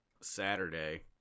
Saturday